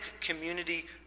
community